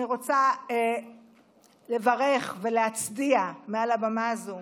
אני רוצה לברך ולהצדיע מעל הבמה הזאת